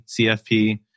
CFP